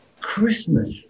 Christmas